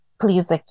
Please